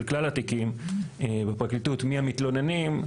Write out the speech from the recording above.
של כלל התיקים בפרקליטות מי המתלוננים,